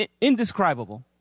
indescribable